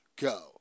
Go